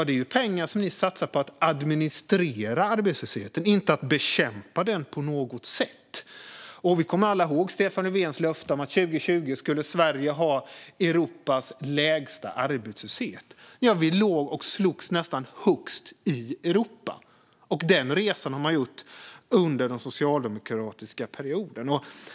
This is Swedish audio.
Det är ju pengar som ni satsar på att administrera arbetslösheten, inte att bekämpa den på något sätt. Vi kommer alla ihåg Stefan Löfvens löfte om att Sverige 2020 skulle ha Europas lägsta arbetslöshet. Vi låg då och slogs nästan högst i Europa, och den resan hade vi gjort under den socialdemokratiska perioden.